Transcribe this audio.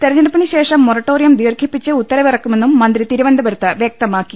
തിരഞ്ഞെടുപ്പിനുശേഷം moratorium ദീർഘിപ്പിച്ച് ഉത്തരവിറക്കുമെന്നും മന്ത്രി തിരുവനന്തപുരത്ത് വ്യക്തമാക്കി